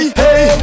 hey